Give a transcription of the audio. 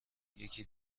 یکی